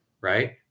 Right